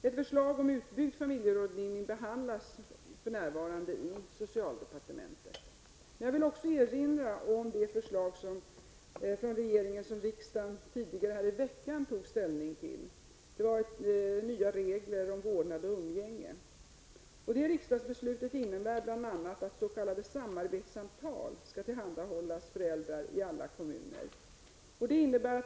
Ett förslag om en utbyggd familjerådgivning behandlas för närvarande i socialdepartementet. Jag vill också erinra om det förslag från regeringen om nya regler för vårdnad och umgänge som riksdagen tidigare under veckan tog ställning till. Det riksdagsbeslutet innebär bl.a. att s.k. samarbetssamtal skall tillhandahållas föräldrar i alla kommuner.